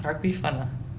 rugby fun ah